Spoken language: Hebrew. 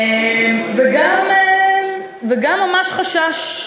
וגם ממש חשש,